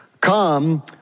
come